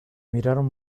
miraron